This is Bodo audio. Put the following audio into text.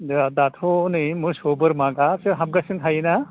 जोंहा दाथ' नै मोसौ बोरमा गासिबो हाबगासिनो थायो ना